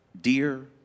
dear